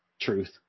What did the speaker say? truth